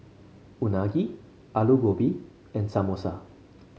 Unagi Alu Gobi and Samosa